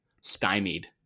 stymied